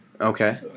Okay